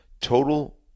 Total